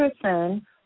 person